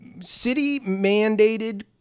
city-mandated